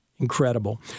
Incredible